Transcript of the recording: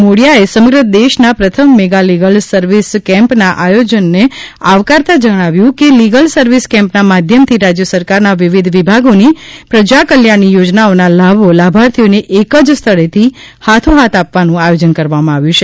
મોડિયાએ સમગ્ર દેશના પ્રથમ મેગા લીગલ સર્વિસ કેમ્પના આયોજનને આવકારતા જણાવ્યું કે લીગલ સર્વિસ કેમ્પના માધ્યમથી રાજ્ય સરકારના વિવિધ વિભાગોની પ્રજાકલ્યાણની યોજનાઓના લાભો લાભાર્થીઓને એક જ સ્થળેથી હાથો હાથ આપવાનું આયોજન કરવામાં આવ્યું છે